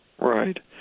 Right